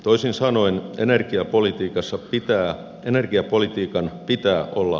toisin sanoen energiapolitiikan pitää olla ennustettavaa